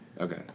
Okay